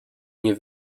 nie